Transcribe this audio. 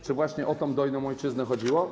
Czy właśnie o tę dojną ojczyznę chodziło?